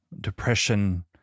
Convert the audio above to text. depression